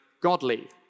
godly